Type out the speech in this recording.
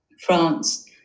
France